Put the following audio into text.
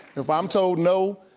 if i'm told no,